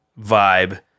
vibe